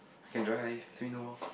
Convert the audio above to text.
I can drive let me know